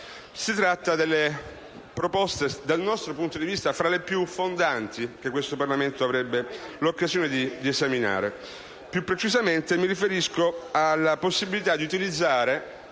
Si tratta di proposte, dal nostro punto di vista, tra le più fondanti che questo Parlamento avrebbe l'occasione di esaminare. Mi riferisco alla possibilità di utilizzare,